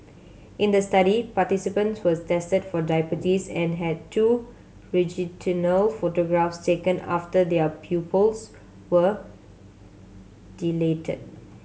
in the study participant was tested for diabetes and had two photographs taken after their pupils were dilated